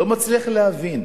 אני לא מצליח להבין.